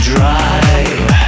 Drive